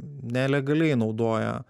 nelegaliai naudoja